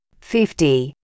fifty